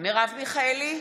מרב מיכאלי,